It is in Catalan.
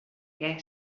què